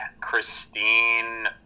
Christine